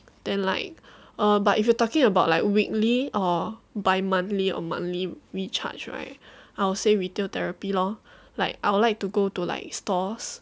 then like err but if you are talking about like weekly or bi-monthly or monthly recharged right I would say retail therapy lor like I would like to go to like stores